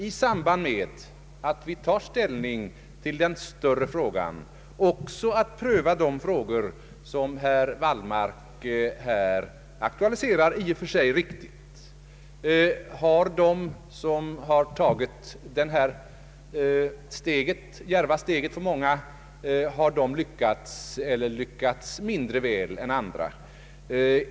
I samband med att vi tar ställning till den större frågan kommer vi också att pröva de frågor som herr Wallmark här i och för sig riktigt aktualiserar. Har de som tagit detta för många djärva steg lyckats bättre eller mindre väl än andra?